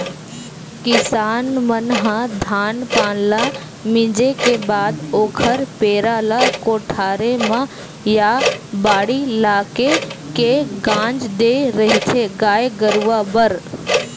किसान मन ह धान पान ल मिंजे के बाद ओखर पेरा ल कोठारे म या बाड़ी लाके के गांज देय रहिथे गाय गरुवा बर